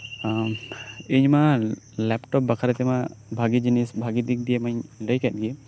ᱤᱧᱢᱟ ᱞᱮᱯᱴᱚᱯ ᱵᱟᱠᱷᱨᱟᱛᱮᱢᱟ ᱵᱷᱟᱜᱮᱤ ᱡᱤᱱᱤᱥ ᱵᱷᱟᱜᱤ ᱫᱤᱠᱫᱤᱭᱮᱢᱟᱧ ᱞᱟᱹᱭᱠᱮᱫ ᱜᱮ